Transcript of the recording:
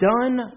done